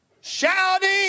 shouting